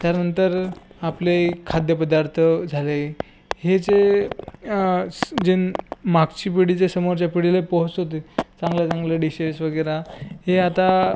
त्यानंतर आपले खाद्यपदार्थ झाले हे जे स जे मागची पिढी जे समोरच्या पिढीला पोहोचवते चांगल्या चांगल्या डिशेस वगैरे हे आता